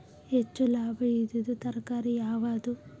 ಹೆಚ್ಚು ಲಾಭಾಯಿದುದು ತರಕಾರಿ ಯಾವಾದು?